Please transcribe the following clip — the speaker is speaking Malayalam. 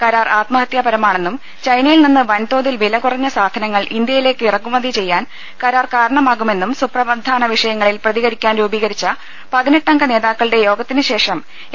കരാർ ആത്മഹത്യാപരമാണെന്നും ചൈനയിൽ നിന്ന് വൻതോതിൽ വിലകുറഞ്ഞ സാധനങ്ങൾ ഇന്ത്യയിലേക്ക് ഇറക്കുമതി ചെയ്യാൻ കരാർ കാരണമാകുമെന്നും സുപ്രധാന വിഷയങ്ങളിൽ പ്രതികരിക്കാൻ രൂപീകരിച്ച പതിനെട്ടംഗ നേതാക്കളുടെ യോഗത്തിന് ശേഷം എ